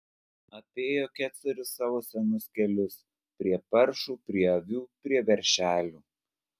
apėjo kecorius savo senus kelius prie paršų prie avių prie veršelių